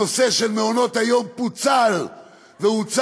הנושא של מעונות היום פוצל והוצא,